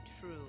true